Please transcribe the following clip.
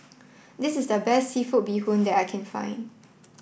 this is the best seafood Bee Hoon that I can find